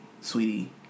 Sweetie